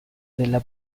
della